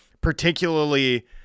Particularly